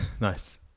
Nice